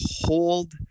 hold